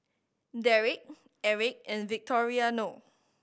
Derik Erich and Victoriano